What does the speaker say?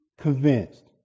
convinced